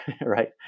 right